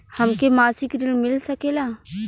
हमके मासिक ऋण मिल सकेला?